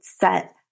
set